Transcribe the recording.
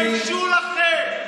תתביישו לכם.